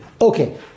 okay